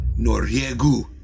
Noriegu